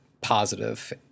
positive